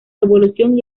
evolución